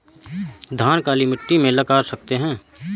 धान काली मिट्टी में लगा सकते हैं?